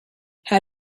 how